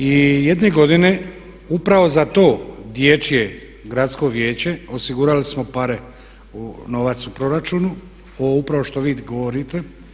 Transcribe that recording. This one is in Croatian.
I jedne godine upravo za to dječje gradsko vijeće osigurali smo pare, novac u proračunu, ovo upravo što vi govorite.